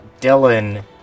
Dylan